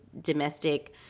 domestic